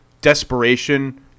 desperation